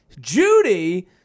Judy